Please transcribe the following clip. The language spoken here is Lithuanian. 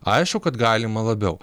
aišku kad galima labiau